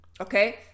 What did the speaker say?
okay